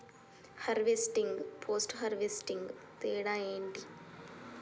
Harvesting, post harvesting తేడా ఏంటి?